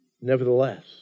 Nevertheless